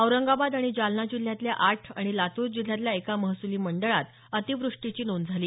औरंगाबाद आणि जालना जिल्ह्यातल्या आठ आणि लातूर जिल्ह्यातल्या एका महसुली मंडळात अतिवृष्टीची नोंद झाली